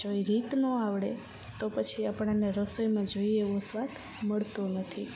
જો એ રીત ન આવડે તો પછી આપણને રસોઈમાં જોઈએ એવો સ્વાદ મળતો નથી